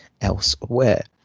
elsewhere